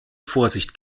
vorsicht